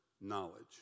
knowledge